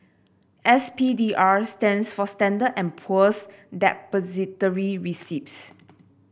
S P D R stands for Standard and Poor's Depository Receipts